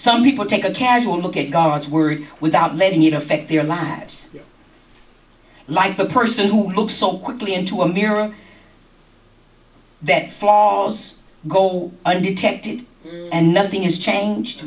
some people take a casual look at darts were without letting you know affect their lives like the person who looks so quickly into a mirror that flaws go undetected and nothing has changed